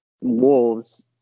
Wolves